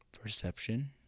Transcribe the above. perception